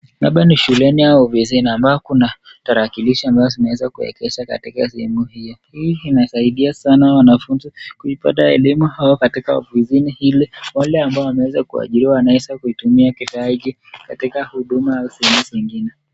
Hapa ni shuleni ama ofisini ambapo kuna tarakilishi ambazo zimeweza kuekeshwa katika sehemu hiyo. Hii inasaidia sana wanafunzi kuipata elimu au katika ofisini hili. Wale ambao wameeza kuajiriwa wanaeza kuitumia kifaa hiki katika huduma ama sehemu zingine.